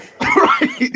Right